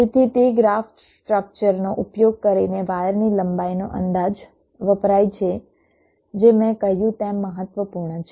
તેથી તે ગ્રાફ સ્ટ્રક્ચરનો ઉપયોગ કરીને વાયરની લંબાઈનો અંદાજ વપરાય છે જે મેં કહ્યું તેમ મહત્વપૂર્ણ છે